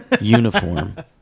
uniform